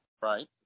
right